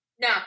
No